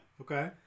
Okay